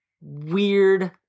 weird